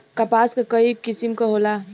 कपास क कई किसिम क होला